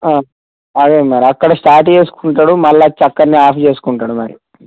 అదే మరి అక్కడ స్టార్ట్ చేసుకుంటడు మళ్ళొచ్చి అక్కడ్నే ఆపు చేసుకుంటాడు మరి